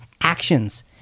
actions